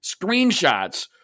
screenshots